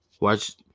Watch